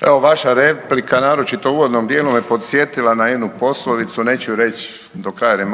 Evo vaša replika naročito u uvodnom dijelu me podsjetila na jednu poslovicu, neću reći do kraja jer je